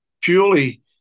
purely